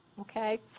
Okay